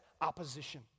Opposition